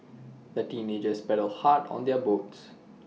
the teenagers paddled hard on their boats